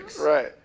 right